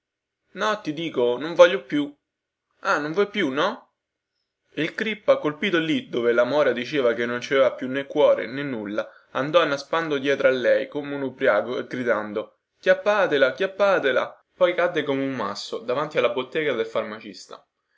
no ti dico non voglio più ah non vuoi più no e il crippa colpito lì dove la mora diceva che non ci aveva nè cuore nè nulla andò annaspando dietro a lei come un ubriaco e gridando chiappatela chiappatela poi cadde come un masso davanti alla bottega del farmacista